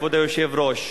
כבוד היושב-ראש,